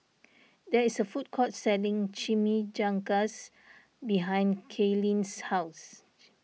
there is a food court selling Chimichangas behind Kaylynn's house